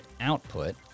Output